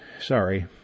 Sorry